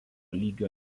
lygio